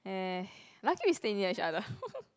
eh lucky we stay near each other